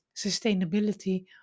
sustainability